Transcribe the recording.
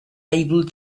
able